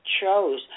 chose